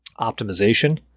optimization